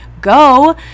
go